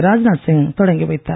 ராஜ்நாத் சிங் தொடங்கி வைத்தார்